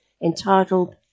entitled